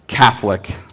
Catholic